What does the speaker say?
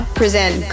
present